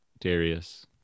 Darius